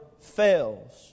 fails